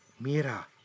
Mira